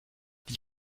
die